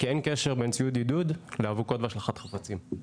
כי אין קשר בין ציוד עידוד לאבוקות והשלכת חפצים.